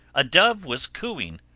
a dove was cooing,